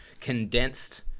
condensed